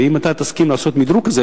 ואם אתה תסכים לעשות מדרוג כזה,